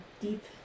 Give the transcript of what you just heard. deep